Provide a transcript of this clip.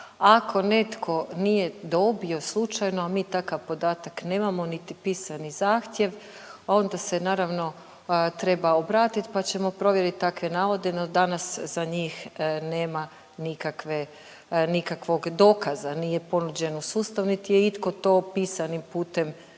Ako netko nije dobio slučajno, a mi takav podatak nemamo niti pisani zahtjev onda se naravno treba obratiti pa ćemo provjerit takve navode no danas za njih nema nikakve, nikakvog dokaza, nije ponuđeno u sustavu niti je itko to pisanim putem,